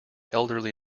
elderly